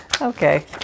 Okay